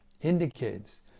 indicates